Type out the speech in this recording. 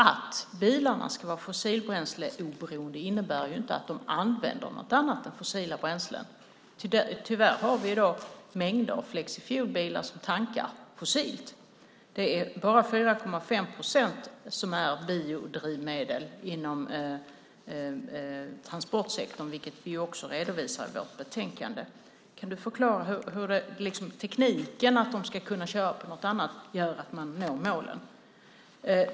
Att bilarna ska vara fossilbränsleoberoende innebär ju inte att de använder något annat än fossila bränslen. Tyvärr har vi i dag mängder av flexifuelbilar som tankar fossilt. Det är bara 4,5 procent som är biodrivmedel inom transportsektorn, vilket vi också redovisar i vårt betänkande. Kan hon förklara hur tekniken att de ska kunna köra på något annat gör att man når målen?